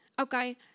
Okay